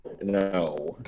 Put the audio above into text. No